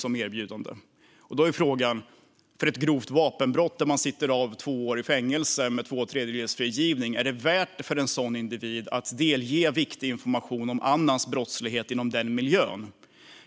Då kan följande fråga ställas: Är det för en individ som har gjort sig skyldig till ett grovt vapenbrott, där man sitter av två år i fängelse med tvåtredjedelsfrigivning, värt att delge viktig information om någon annans brottslighet inom den miljön?